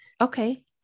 Okay